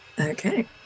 Okay